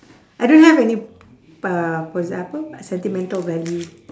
I don't have any uh posse~ apa sentimental value